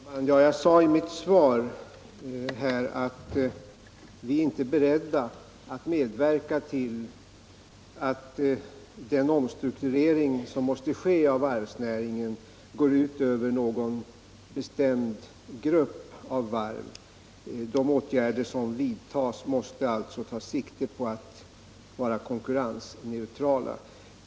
Herr talman! Jag sade i mitt svar att vi inte är beredda att medverka till att den omstrukturering som måste ske av varvsnäringen går ut över någon bestämd grupp av varv. De åtgärder som vidtas måste alltså vara konkurrensneutrala.